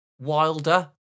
wilder